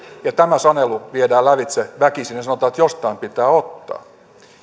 ja tämä sanelu viedään lävitse väkisin ja sanotaan että jostain pitää ottaa